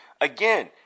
Again